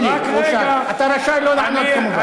אתה רשאי לא לענות כמובן.